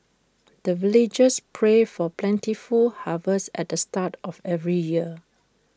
the villagers pray for plentiful harvest at the start of every year